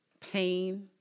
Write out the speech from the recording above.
pain